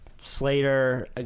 Slater